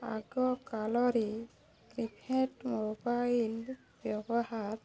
ଆଗକାଲରେ keypad mobile ବ୍ୟବହାର